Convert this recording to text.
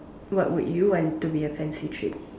what would you want to be a fancy treat